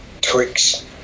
Twix